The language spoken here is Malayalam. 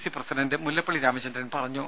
സി പ്രസിഡണ്ട് മുല്ലപ്പള്ളി രാമചന്ദ്രൻ പറഞ്ഞു